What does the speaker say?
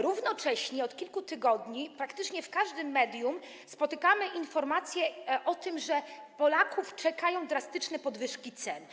Równocześnie od kilku tygodni praktycznie w każdym medium znajdujemy informacje o tym, że Polaków czekają drastyczne podwyżki cen.